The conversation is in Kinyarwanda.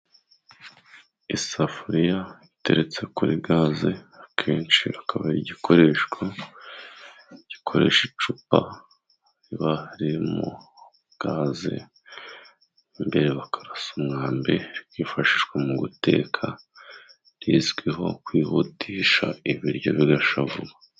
Isafuriya iteretse kuri gaze, akenshi akaba igikoresho gikoresha icupa bamu gaze, imbere bakarasa umwambi hifashishwa mu guteka. Rizwiho kwihutisha ibiryo bigashya vuba.